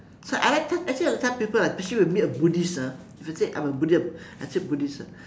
so I like that actually a type of people especially we meet a buddhist ah if they say I'm a buddhism I say buddhist ah